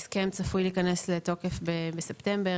ההסכם צפוי להיכנס לתוקף בספטמבר.